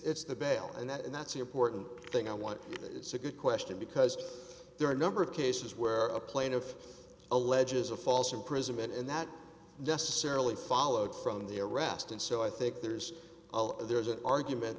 the bail and that and that's the important thing i want it's a good question because there are a number of cases where a plaintiff alleges a false imprisonment and that necessarily followed from the arrest and so i think there's there's an argument